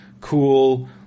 cool